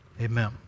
Amen